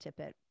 Tippett